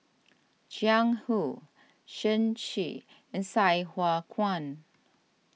Jiang Hu Shen Xi and Sai Hua Kuan